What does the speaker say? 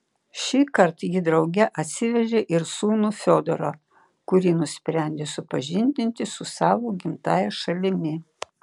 šįkart ji drauge atsivežė ir sūnų fiodorą kurį nusprendė supažindinti su savo gimtąja šalimi